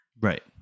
Right